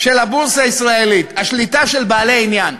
של הבורסה הישראלית: השליטה של בעלי עניין.